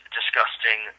disgusting